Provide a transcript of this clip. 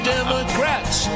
Democrats